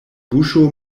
buŝo